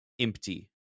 empty